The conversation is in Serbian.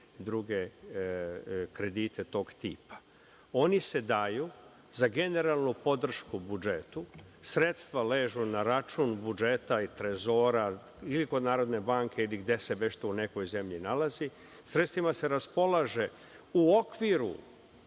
druge kredite tog tipa. Oni se daju za generalnu podršku budžetu. Sredstva ležu na račun budžeta i trezora ili kod narodne banke ili gde se već to u nekoj zemlji nalazi. Sredstvima se raspolaže u okviru